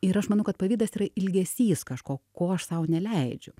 ir aš manau kad pavydas yra ilgesys kažko ko aš sau neleidžiu